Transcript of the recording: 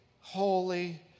holy